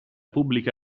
pubblica